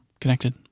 Connected